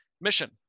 mission